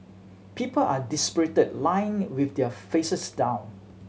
people are dispirited lying with their faces down